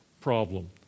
problem